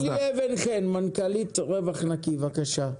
נילי אבן-חן, מנכ"לית רווח נקי, בבקשה.